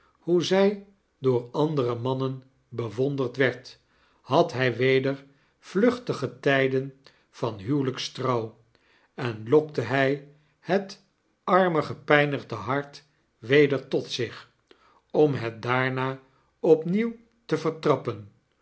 hoe zjj door andere mannen bewonderd werd had hij weder vluchtige tijden van huwelijkstrouw en lokte hjj het arme gepijnigde hart weder tot zich om het daarna opnieuw te vertrappen